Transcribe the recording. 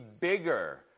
bigger